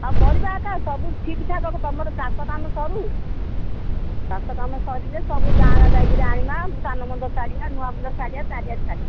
ହଉ କରିବା ଏକା ସବୁ ଠିକ୍ ଠାକ୍ ତୁମର ଚାଷ କାମ ସରୁ ଚାଷ କାମ ସରିଲେ ସବୁ ଜାଆଁଳା ଯାଇକି ଆଣିବା ସାନ ମନ୍ଦ ଛାଡ଼ିଆ ନୂଆ ମନ୍ଦର ଛାଡ଼ିଆ ଚାରିଆଡ଼େ ଛାଡ଼ିବା